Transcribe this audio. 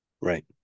right